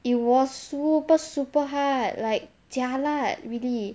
it was super super hard like jialat really